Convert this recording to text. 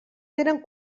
tenen